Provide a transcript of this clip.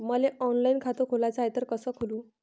मले ऑनलाईन खातं खोलाचं हाय तर कस खोलू?